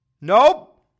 Nope